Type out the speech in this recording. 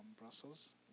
Brussels